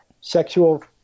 sexual